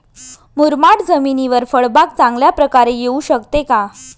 मुरमाड जमिनीवर फळबाग चांगल्या प्रकारे येऊ शकते का?